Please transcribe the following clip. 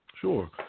Sure